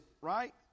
right